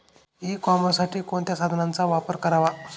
E कॉमर्ससाठी कोणत्या साधनांचा वापर करावा?